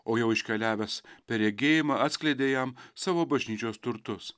o jau iškeliavęs per regėjimą atskleidė jam savo bažnyčios turtus